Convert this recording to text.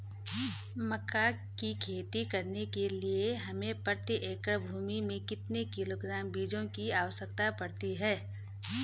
मक्का की खेती करने के लिए हमें प्रति एकड़ भूमि में कितने किलोग्राम बीजों की आवश्यकता पड़ती है?